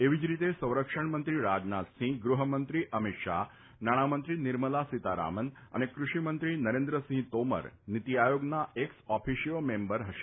એવી જ રીતે સંરક્ષણ મંત્રી રાજનાથસિંહ ગુફમંત્રી અમીત શાફ નાણામંત્રી નીર્મલા સીતારમન અને ફષિમંત્રી નરેન્દ્રસિંફ તોમર નીતિ આથોગના એક્સ ઓફિશિયો મેમ્બર ફશે